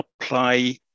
apply